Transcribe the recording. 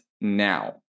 now